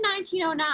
1909